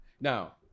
Now